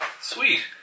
Sweet